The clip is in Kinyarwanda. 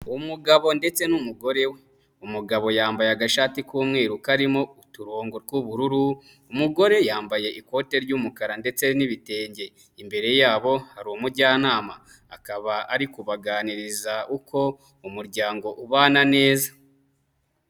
Umugabo ndetse n'umugore we. Umugabo yambaye agashati k'umweru karimo uturongo tw'ubururu, umugore yambaye ikote ry'umukara ndetse n'ibitenge. Imbere yabo hari umujyanama akaba ari kubaganiriza uko umuryango ubana neza.